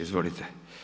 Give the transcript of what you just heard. Izvolite.